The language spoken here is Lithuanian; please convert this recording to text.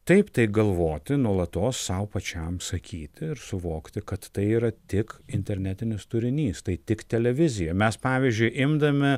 taip tai galvoti nuolatos sau pačiam sakyti ir suvokti kad tai yra tik internetinis turinys tai tik televizija mes pavyzdžiui imdami